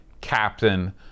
captain